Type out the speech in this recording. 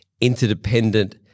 interdependent